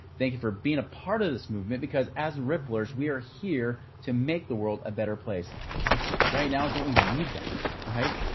thank you for being a part of this movement because as ripplers, we are here to make the world a better place and right now don't we need that. right?